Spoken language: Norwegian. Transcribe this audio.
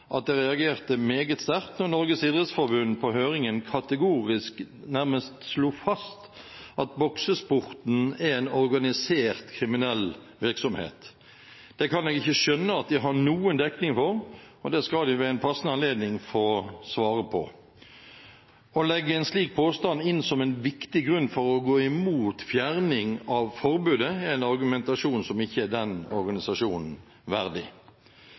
at jeg reagerte meget sterkt da Norges idrettsforbund på høringen nærmest kategorisk slo fast at boksesporten er en organisert kriminell virksomhet. Det kan jeg ikke skjønne at de har noen dekning for, og det skal de ved en passende anledning få svare på. Å legge en slik påstand inn som en viktig grunn for å gå imot fjerning av forbudet, er en argumentasjon som ikke er den organisasjonen verdig.